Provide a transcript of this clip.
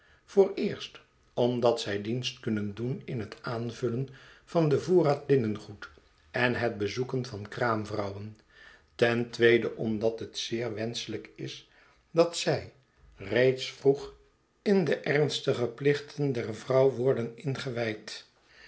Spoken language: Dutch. vooreerst omdat zij dienst kunnen doen in het aanvullen van den voorraad linnengoed en het bezoeken van kraamvrouwen ten tweede omdat het zeer wenschelijk is dat zij reeds vroeg in de ernstige plichten der vrouw worden ingewijd